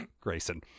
Grayson